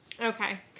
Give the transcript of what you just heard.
Okay